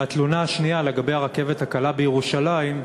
והתלונה השנייה, לגבי הרכבת הקלה בירושלים.